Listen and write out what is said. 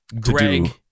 Greg